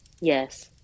Yes